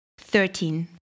Thirteen